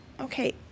okay